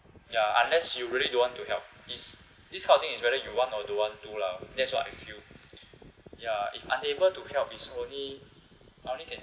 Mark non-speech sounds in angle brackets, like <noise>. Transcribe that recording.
ya unless you really don't want to help is this kind of thing is whether you want or don't want to lah that's what I feel <breath> ya if unable to help is only only can